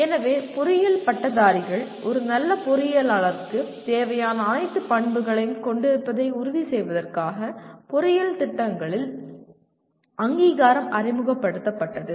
எனவே பொறியியல் பட்டதாரிகள் ஒரு நல்ல பொறியியலாளருக்கு தேவையான அனைத்து பண்புகளையும் கொண்டிருப்பதை உறுதி செய்வதற்காக பொறியியல் திட்டங்களின் அங்கீகாரம் அறிமுகப்படுத்தப்பட்டது